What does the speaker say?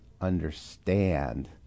understand